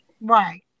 right